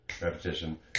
repetition